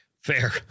Fair